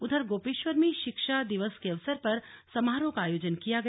उधर गोपेश्वर में शिक्षा दिवस के अवसर पर समारोह का आयोजन किया गया